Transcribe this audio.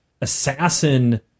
assassin